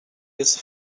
his